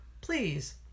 please